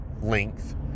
length